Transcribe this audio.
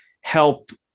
help